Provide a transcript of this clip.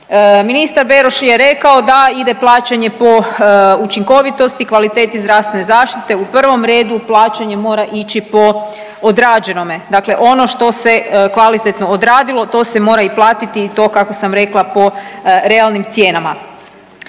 Ministar Beroš je rekao da ide plaćanje po učinkovitosti, kvaliteti zdravstvene zaštite. U prvom redu plaćanje mora ići po odrađenome. Dakle, ono što se kvalitetno odradilo to se mora i platiti i to kako sam rekla po realnim cijenama.